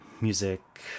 music